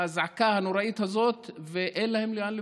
האזעקה הנוראית הזאת ואין להם לאן לברוח,